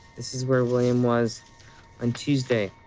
this is where william was on tuesday,